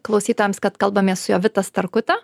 klausytojams kad kalbamės su jovita starkute